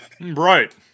Right